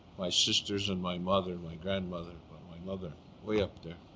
my sisters and my mother, my grandmother, my my mother way up there.